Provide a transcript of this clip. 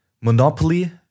monopoly